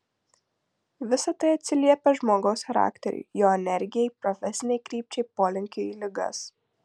visa tai atsiliepia žmogaus charakteriui jo energijai profesinei krypčiai polinkiui į ligas